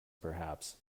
perhaps